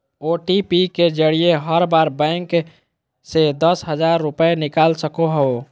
OTP के जरिए हर बार बैंक से दस हजार रुपए निकाल सको हखो